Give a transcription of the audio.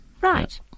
right